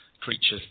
creatures